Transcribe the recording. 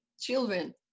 children